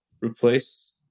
replace